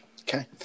Okay